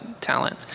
talent